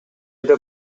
эле